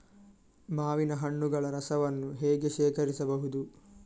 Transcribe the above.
ಮಾವಿನ ಹಣ್ಣುಗಳ ರಸವನ್ನು ಹೇಗೆ ಶೇಖರಿಸಬಹುದು?